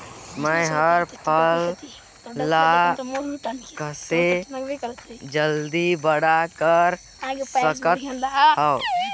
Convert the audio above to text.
मैं ह फल ला कइसे जल्दी बड़ा कर सकत हव?